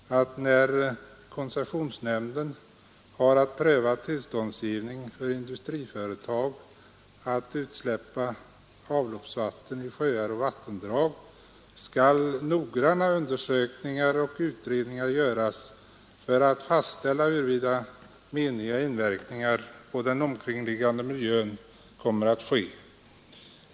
När koncessionsnämnden har att pröva tillståndsgivning för industriföretag att utsläppa avloppsvatten i sjöar och vattendrag, skall noggranna undersökningar och utredningar göras för att fastställa huruvida menliga inverkningar på den omkringliggande miljön kommer att ske.